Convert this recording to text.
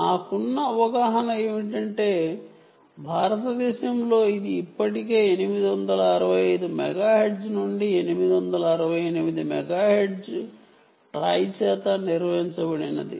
నాకున్న అవగాహన ఏమిటంటే భారతదేశంలో ఇది ఇప్పటికే 865 మెగాహెర్ట్జ్ నుండి 868 మెగాహెర్ట్జ్ TRAI చేత నిర్వచించబడింది